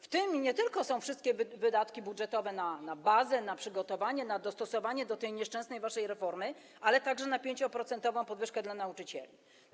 W tym nie tylko są wszystkie wydatki budżetowe na bazę, na przygotowanie, na dostosowanie do tej nieszczęsnej waszej reformy, ale także na 5-procentową podwyżkę dla nauczycieli.